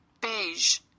beige